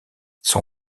son